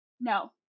No